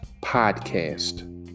podcast